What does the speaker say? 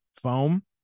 foam